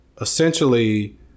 essentially